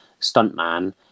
stuntman